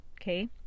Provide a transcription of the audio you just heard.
Okay